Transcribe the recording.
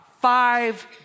five